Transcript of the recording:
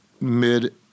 mid